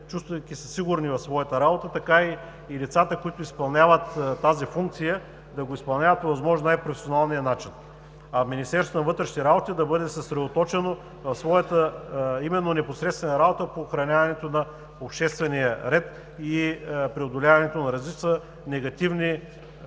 чувстват сигурни в своята работа, и лицата, които изпълняват тази функция, да я изпълняват по възможно най-професионалния начин. Министерството на вътрешните работи да бъде съсредоточено в своята непосредствена работа по охраняването на обществения ред и преодоляването на редица негативни явления